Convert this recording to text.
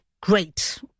great